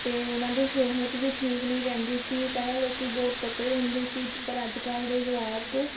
ਅਤੇ ਉਨ੍ਹਾਂ ਦੀ ਸਿਹਤ ਵੀ ਠੀਕ ਨਹੀਂ ਰਹਿੰਦੀ ਸੀ ਪਹਿਲਾਂ ਲੋਕ ਬਹੁਤ ਤਕੜੇ ਹੁੰਦੇ ਸੀ ਪਰ ਅੱਜ ਕੱਲ੍ਹ ਦੇ ਜੁਆਕ